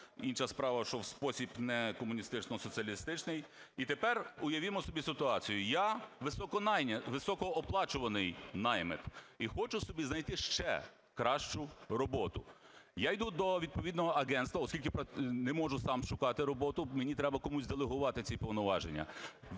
інша справа, що в спосіб не комуністично-соціалістичний. І тепер уявімо собі ситуацію: я – високооплачуваний наймит і хочу собі знайти ще кращу роботу. Я йду до відповідного агентства, оскільки не можу сам шукати роботу, мені треба комусь делегувати ці повноваження.